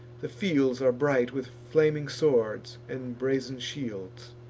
the fields are bright with flaming swords and brazen shields.